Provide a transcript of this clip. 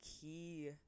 key